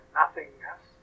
nothingness